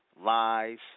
lies